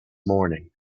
morning